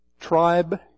tribe